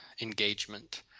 engagement